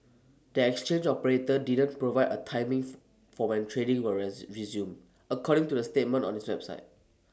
the exchange operator didn't provide A timing for when trading were as resume according to the statement on its website